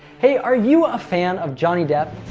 hey! are you a fan of johnny depp?